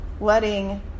letting